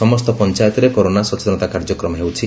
ସମସ୍ତ ପଞ୍ଚାୟତରେ କରୋନା ସଚେତନତା କାର୍ଯ୍ୟକ୍ରମ ହେଉଛି